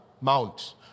Mount